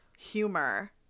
humor